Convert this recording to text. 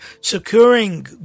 securing